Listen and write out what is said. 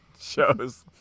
Shows